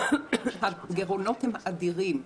אדירים.